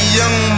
young